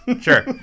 Sure